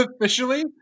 Officially